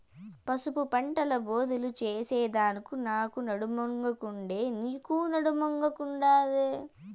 పసుపు పంటల బోదెలు చేసెదానికి నాకు నడుమొంగకుండే, నీకూ నడుమొంగకుండాదే